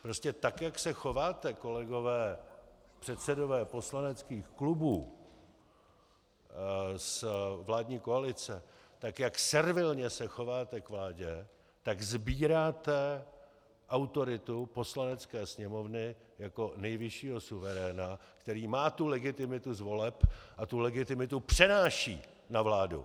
Prostě tak jak se chováte, kolegové předsedové poslaneckých klubů z vládní koalice, jak servilně se chováte k vládě, tak sbíráte autoritu Poslanecké sněmovny jako nejvyššího suveréna, který má legitimitu z voleb a tu legitimitu přenáší na vládu.